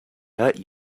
hurt